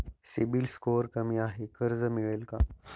CIBIL score कमी आहे कर्ज मिळेल का?